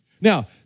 Now